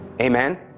Amen